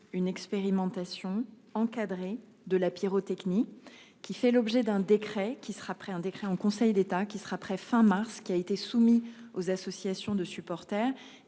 une expérimentation encadré de la pyrotechnie, qui fait l'objet d'un décret qui sera prêt un décret en Conseil d'État qui sera prêt fin mars qui a été soumis aux associations de supporters